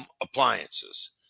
appliances